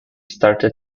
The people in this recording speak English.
started